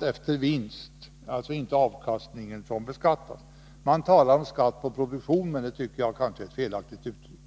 efter den vinst som avkastas. Det är alltså inte avkastningen som beskattas. Man talar om skatt på produktion, men det tycker jag är ett felaktigt uttryck.